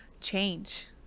change